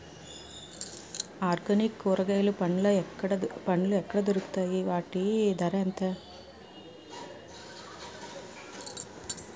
Organic కూరగాయలు పండ్లు ఎక్కడ దొరుకుతాయి? వాటి ధర ఎంత?